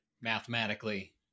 mathematically